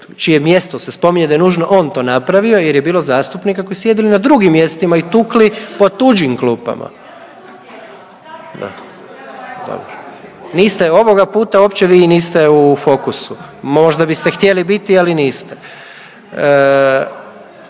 čije mjesto se spominje da je nužno on to napravio jer je bilo zastupnika koji su sjedili na drugim mjestima i tukli po tuđim klupama. …/Upadica iz klupe se ne razumije./… Niste ovoga puta uopće vi i niste u fokusu, možda biste htjeli biti, ali niste.